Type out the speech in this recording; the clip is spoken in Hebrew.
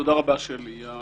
תודה רבה, שלי.